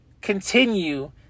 continue